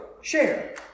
share